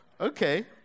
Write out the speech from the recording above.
Okay